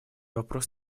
вопрос